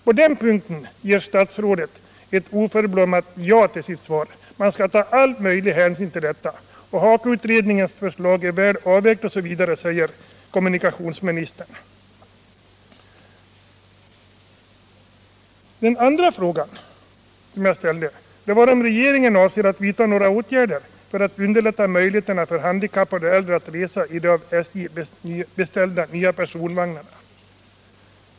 På den frågan svarar statsrådet oförblommerat ja — man skall ta all möjlig hänsyn till dessa kategorier resande. HAKO utredningens förslag är väl avvägt, säger kommunikationsministern. Den andra frågan jag ställde var om regeringen avser att vidta några åtgärder för att underlätta för handikappade och äldre att resa i de av SJ beställda nya personvagnarna.